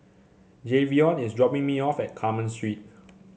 Jayvion is dropping me off at Carmen Street